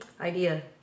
Idea